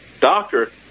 doctor